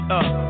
up